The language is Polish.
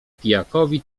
pijakowi